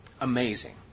amazing